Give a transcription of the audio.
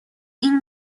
این